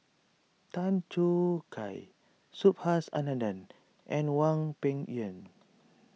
Tan Choo Kai Subhas Anandan and Hwang Peng Yuan